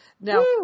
now